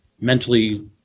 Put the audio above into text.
mentally